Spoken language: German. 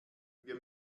wir